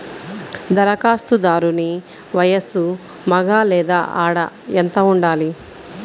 ధరఖాస్తుదారుని వయస్సు మగ లేదా ఆడ ఎంత ఉండాలి?